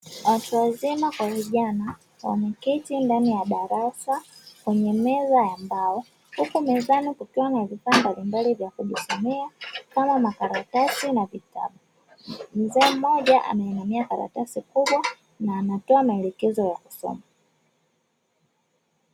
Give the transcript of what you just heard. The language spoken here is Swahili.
Watu wazima kwa vijana wameketi ndani ya darasa kwenye meza ya mbao huku mezani kukiwa na vifaa mbalimbali vya kujisomea kama makaratasi na vitabu, mzee mmoja ameinamia karatasi kubwa na anatoa maelekezo ya kusoma.